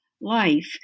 life